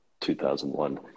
2001